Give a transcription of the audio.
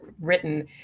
written